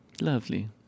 Lovely